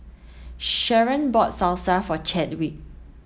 Sharen bought Salsa for Chadwick